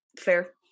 fair